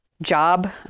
job